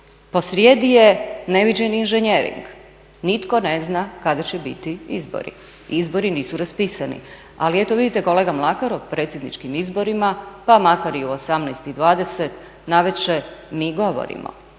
Posrijedi je neviđeni inženjering, nitko ne zna kada će biti izbori, izbori nisu raspisani. Ali eto vidite kolega Mlakar o predsjedničkim izborima pa makar i u 18,20 navečer mi govorimo.